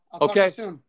Okay